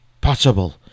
possible